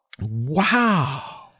Wow